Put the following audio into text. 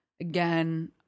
again